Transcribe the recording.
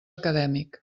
acadèmic